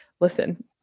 listen